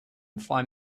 five